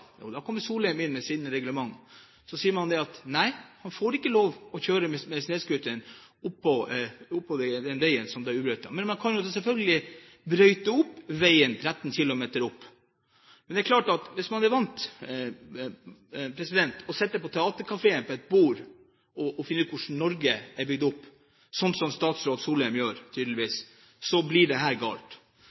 skjer da? Jo, da kommer Solheim inn med sitt reglement og sier at man ikke får lov til å kjøre med snøscooter på den veien som er ubrøytet. Men man kan selvfølgelig brøyte veien 13 kilometer opp. Det er klart at hvis man er vant til å sitte ved et bord på Theatercaféen og finne ut hvordan Norge er bygd opp, slik som statsråd Solheim tydeligvis gjør, blir dette galt. Det